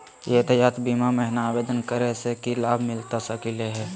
यातायात बीमा महिना आवेदन करै स की लाभ मिलता सकली हे?